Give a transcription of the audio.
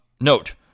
note